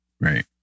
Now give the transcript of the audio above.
Right